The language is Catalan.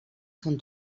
són